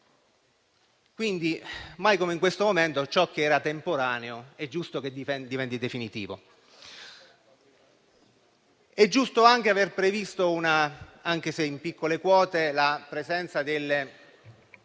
Quindi, mai come in questo momento ciò che era temporaneo è giusto che diventi definitivo. È giusto anche aver previsto, anche se in piccole quote, la presenza del